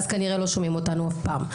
אז כנראה לא שומעים אותנו עוד פעם.